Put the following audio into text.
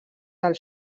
del